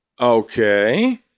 Okay